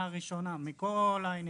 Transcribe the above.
הראשונה, מכל העניינים.